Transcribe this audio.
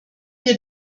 wir